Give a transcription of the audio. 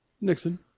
Nixon